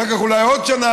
ואחר כך אולי עוד שנה,